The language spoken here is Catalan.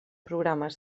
programes